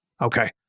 Okay